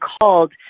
called